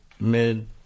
mid